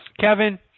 Kevin